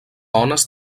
ones